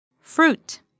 Fruit